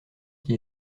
qui